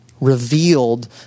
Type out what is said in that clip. revealed